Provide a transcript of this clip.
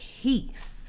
peace